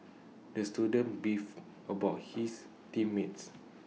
the student beefed about his team mates